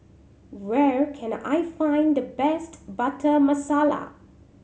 where can I find the best Butter Masala